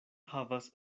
havas